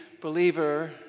believer